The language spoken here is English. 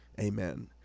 Amen